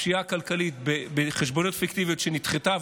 הפשיעה הכלכלית של חשבוניות פיקטיביות, וזה נדחה.